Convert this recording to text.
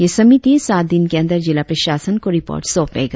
यह समिति सात दिन के अंदर जिला प्रशासन को रिपोर्ट सोंपेंगा